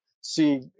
see